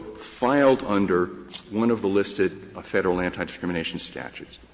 filed under one of the listed ah federal antidiscrimination statutes.